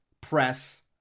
press